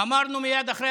אמרנו מייד אחרי